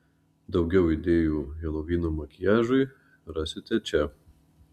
daugiau idėjų helovyno makiažui rasite čia